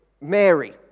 Mary